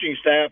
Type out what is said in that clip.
staff